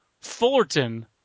Fullerton